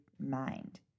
mind